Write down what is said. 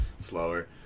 slower